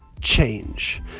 change